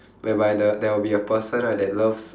whereby the there will be a person right that loves